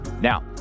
Now